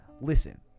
Listen